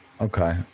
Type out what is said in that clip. Okay